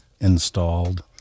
installed